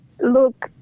look